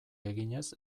eginez